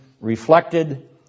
reflected